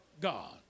God